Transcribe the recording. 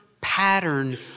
pattern